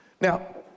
Now